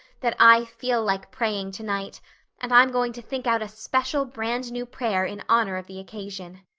that i feel like praying tonight and i'm going to think out a special brand-new prayer in honor of the occasion.